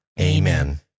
Amen